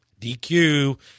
dq